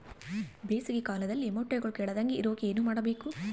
ಬೇಸಿಗೆ ಕಾಲದಲ್ಲಿ ಮೊಟ್ಟೆಗಳು ಕೆಡದಂಗೆ ಇರೋಕೆ ಏನು ಮಾಡಬೇಕು?